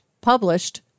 published